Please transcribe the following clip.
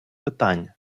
питань